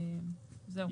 זהו.